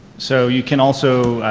so you can also,